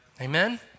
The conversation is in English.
Amen